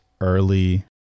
early